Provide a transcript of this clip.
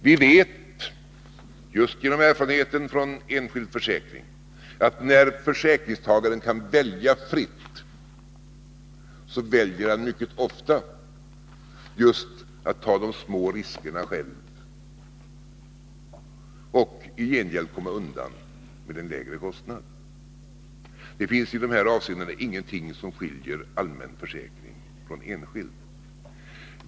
Vi vet, just genom erfarenheten från enskild försäkring, att när försäkringstagaren kan välja fritt, så väljer han mycket ofta att själv ta de små riskerna och i gengäld komma undan med en lägre kostnad. Det finns i dessa avseenden ingenting som skiljer allmän försäkring från enskild.